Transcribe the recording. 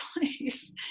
place